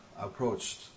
approached